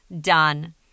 Done